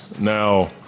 Now